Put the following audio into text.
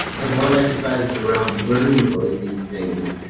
has a lot of exercises around learning these things.